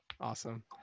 Awesome